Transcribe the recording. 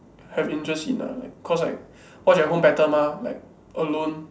have interest in ah like cause like watch at home better mah like alone